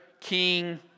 king